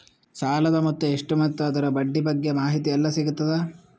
ಸಾಲದ ಮೊತ್ತ ಎಷ್ಟ ಮತ್ತು ಅದರ ಬಡ್ಡಿ ಬಗ್ಗೆ ಮಾಹಿತಿ ಎಲ್ಲ ಸಿಗತದ?